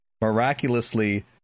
miraculously